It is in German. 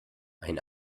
ein